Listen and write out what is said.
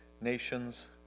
nations